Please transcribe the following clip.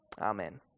Amen